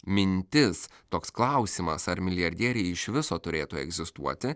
mintis toks klausimas ar milijardieriai iš viso turėtų egzistuoti